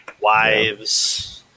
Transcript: wives